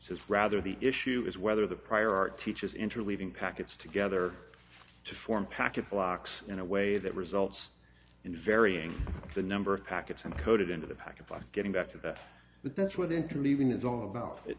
it's rather the issue is whether the prior art teaches interleaving packets together to form packet blocks in a way that results in varying the number of packets encoded into the packet by getting back to that but that's what interleaving is all about i